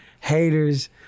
haters